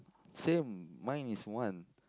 same mine is one